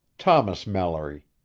thomas mallory.